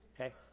Okay